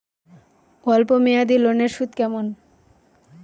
অল্প মেয়াদি লোনের সুদ কেমন?